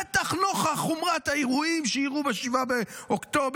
בטח נוכח חומרת האירועים שאירעו ב-7 באוקטובר,